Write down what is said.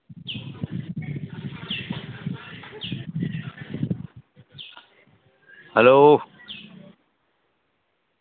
hello